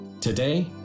Today